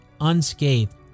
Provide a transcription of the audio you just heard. unscathed